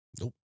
Nope